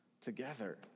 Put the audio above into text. together